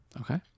Okay